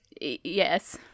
Yes